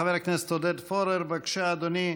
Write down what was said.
חבר הכנסת עודד פורר, בבקשה, אדוני.